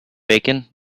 bacon